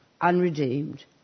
unredeemed